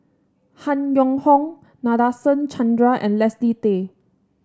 Han Yong Hong Nadasen Chandra and Leslie Tay